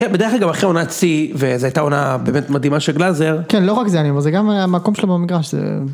בדרך כלל גם אחרי עונת שיא, וזו הייתה עונה באמת מדהימה של גלזר. כן, לא רק זה, זה גם המקום שלו במגרש.